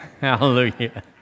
Hallelujah